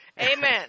Amen